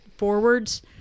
forwards